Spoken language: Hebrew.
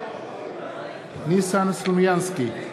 ניסן סלומינסקי,